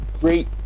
great